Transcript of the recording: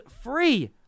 free